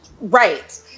Right